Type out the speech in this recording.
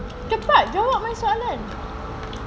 cepat jawab my soalan